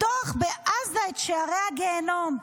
לפתוח בעזה את שערי הגיהינום.